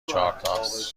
چهارتاس